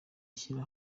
ashyira